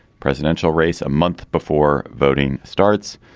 presidential race a month before voting starts?